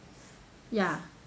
ya